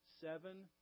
seven